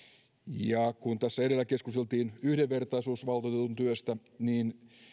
kun tässä edellä keskusteltiin yhdenvertaisuusvaltuutetun työstä niin tietysti